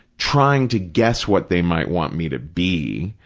trying to guess what they might want me to be,